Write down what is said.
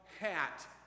hat